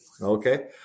okay